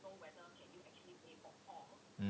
mm